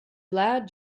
lad